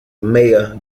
maya